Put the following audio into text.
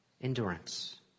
endurance